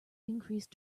increased